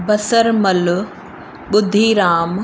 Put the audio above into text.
बसर मल ॿुधीराम